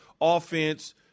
offense